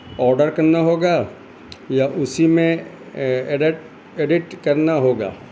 order کرنا ہوگا یا اسی میں ایڈٹ ایڈٹ کرنا ہوگا